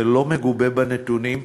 זה לא מגובה בנתונים.